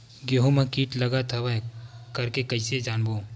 गेहूं म कीट लगत हवय करके कइसे जानबो?